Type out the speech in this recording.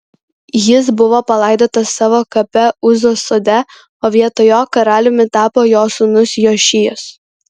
jis buvo palaidotas savo kape uzos sode o vietoj jo karaliumi tapo jo sūnus jošijas